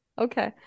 okay